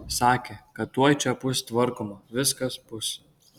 sakė kad tuoj čia bus tvarkoma viskas bus